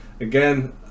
Again